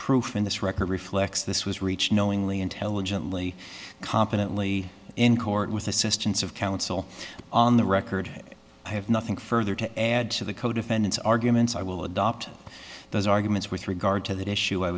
proof in this record reflects this was reached knowingly intelligently competently in court with assistance of counsel on the record i have nothing further to add to the co defendant's arguments i will adopt those arguments with regard to that issue i